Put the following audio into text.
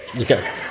Okay